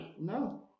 No